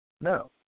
no